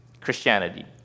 Christianity